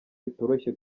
bitoroshye